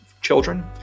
children